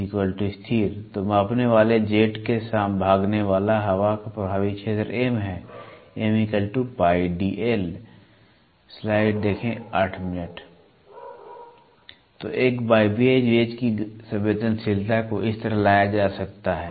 dL तो मापने वाले जेट से भागने वाले हवा का प्रभावी क्षेत्र एम है M π D L तो एक वायवीय गेज की संवेदनशीलता को इस तरह लाया जा सकता है